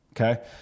Okay